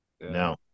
No